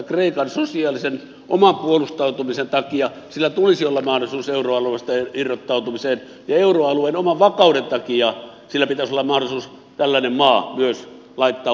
kreikan sosiaalisen oman puolustautumisen takia sillä tulisi olla mahdollisuus euroalueesta irrottautumiseen ja myös euroalueen oman vakauden takia pitäisi olla mahdollisuus laittaa tällainen maa ulkopuolelle